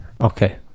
okay